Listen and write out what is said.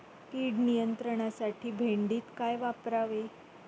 कीड नियंत्रणासाठी भेंडीत काय वापरावे?